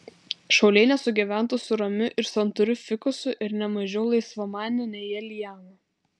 šauliai nesugyventų su ramiu ir santūriu fikusu ir ne mažiau laisvamane nei jie liana